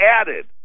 added